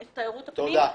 תודה.